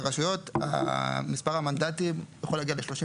ברשויות מספר המנדטים יוכל להגיע ל-31